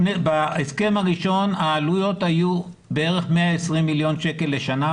בהסכם הראשון העלויות היו בערך 120 מיליון שקלים לשנה,